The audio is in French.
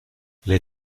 les